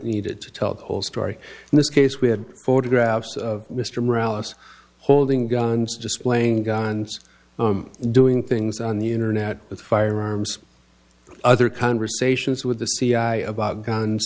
needed to tell the whole story in this case we had photographs of mr morality holding guns displaying guns doing things on the internet with firearms other conversations with the cia about guns